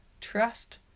Trust